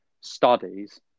studies